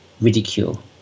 ridicule